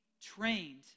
trained